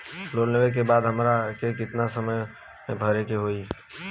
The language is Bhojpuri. लोन लेवे के बाद हमरा के कितना समय मे भरे के होई?